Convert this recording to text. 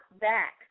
back